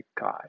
God